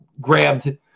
grabbed